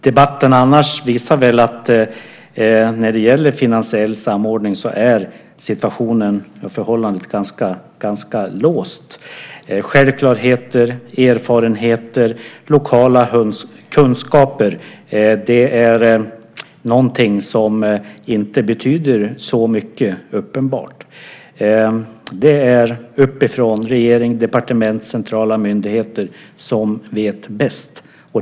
Debatten visar att situationen är ganska låst när det gäller finansiell samordning. Självklarheter, erfarenheter och lokala kunskaper är något som uppenbarligen inte betyder så mycket. Det är uppifrån, från regering, departement och centrala myndigheter som man vet bäst.